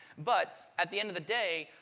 but at the end of the day,